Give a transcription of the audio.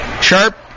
Sharp